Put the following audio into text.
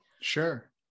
sure